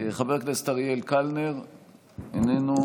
חבר הכנסת אריאל קלנר, איננו.